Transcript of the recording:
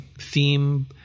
theme